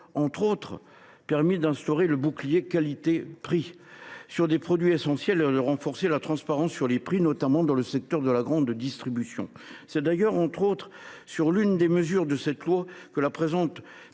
notamment permis d’instaurer un bouclier qualité prix sur des produits essentiels et de renforcer la transparence sur les prix, notamment dans le secteur de la grande distribution. C’est d’ailleurs, entre autres, sur l’une des mesures de cette loi que la présente